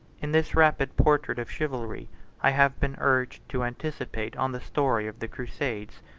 in this rapid portrait of chivalry i have been urged to anticipate on the story of the crusades,